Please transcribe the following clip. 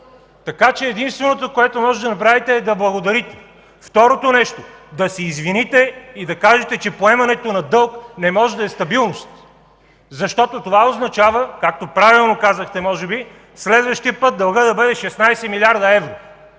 дълг. Единственото, което можете да направите, е да благодарите. Второто нещо, да се извините и кажете, че поемането на дълг не може да е стабилност, защото това означава, както правилно казахте – следващият път дълга да бъде 16 млрд. евро,